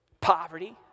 Poverty